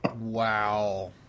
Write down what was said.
Wow